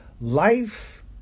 Life